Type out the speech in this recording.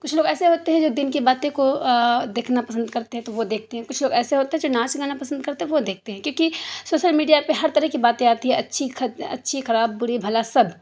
کچھ لوگ ایسے ہوتے ہیں جو دین کی باتیں کو دیکھنا پسند کرتے ہیں تو وہ دیکھتے ہیں کچھ لوگ ایسا ہوتے ہیں جو ناچ گانا پسند کرتے ہیں وہ دیکھتے ہیں کیوں کہ سوسل میڈیا پہ ہر طرح کی باتیں آتی ہیں اچھی اچھی خراب بری بھلا سب